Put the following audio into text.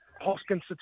Hoskins